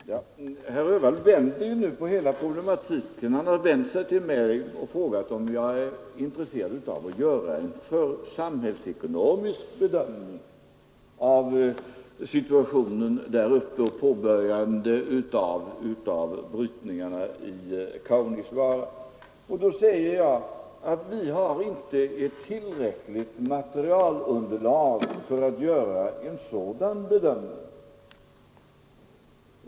Fru talman! Herr Öhvall vänder nu på hela problematiken. Han har frågat mig om jag är intresserad av att pröva frågan om malmbrytning i Kaunisvaara med invägning av samhällsekonomiska faktorer. På det svarar jag att vi inte har ett tillräckligt materialunderlag för att göra en sådan bedömning.